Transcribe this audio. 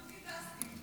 מולטי-טסקינג,